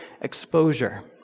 exposure